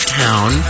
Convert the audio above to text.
town